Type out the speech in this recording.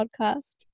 podcast